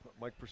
Mike